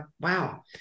wow